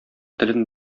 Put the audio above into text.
телен